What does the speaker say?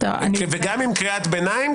גם אם קריאת ביניים,